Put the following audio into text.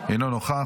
אינו נוכח.